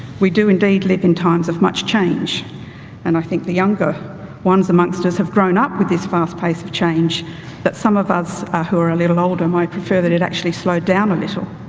we do indeed live in times of much change and i think the younger ones amongst us have grown up with this fast pace of change that some of us who are a little older might prefer that it actually slowed down a little.